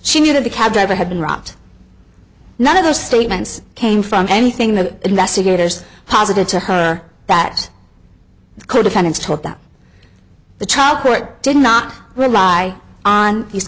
she knew that the cab driver had been robbed none of those statements came from anything the investigators posited to her that co defendants told that the trial court did not rely on these